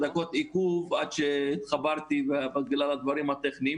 עיניים והייתי סטודנט